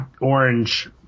orange